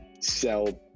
sell